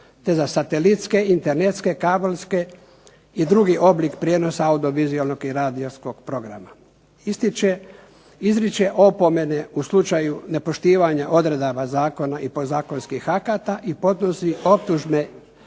te za satelitske, internetske, kabelske i druge oblike prijenosa audiovizualnih i radijskog programa. Izriče opomene u slučaju nepoštivanja odredaba zakona i podzakonskih akata i podnosi optužne